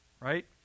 Right